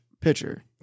pitcher